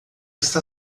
está